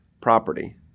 property